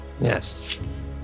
Yes